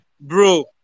bro